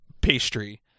pastry